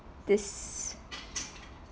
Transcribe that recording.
this